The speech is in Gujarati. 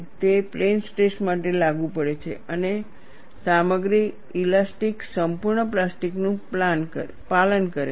તે પ્લેન સ્ટ્રેસ માટે લાગુ પડે છે અને સામગ્રી ઇલાસ્ટિક સંપૂર્ણ પ્લાસ્ટિકનું પાલન કરે છે